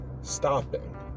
stopping